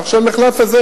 כך שהמחלף הזה,